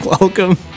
Welcome